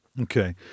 Okay